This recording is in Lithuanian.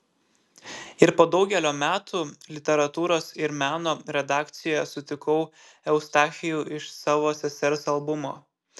ir po daugelio metų literatūros ir meno redakcijoje sutikau eustachijų iš savo sesers albumo